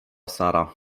sara